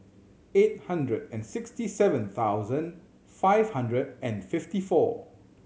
eight hundred and sixty seven thousand five hundred and fifty four